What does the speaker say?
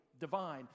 divine